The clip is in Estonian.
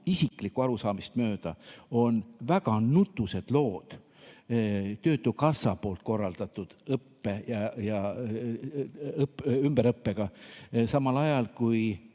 isiklikku arusaamist mööda see, et on väga nutused lood töötukassa korraldatud ümberõppega, samal ajal kui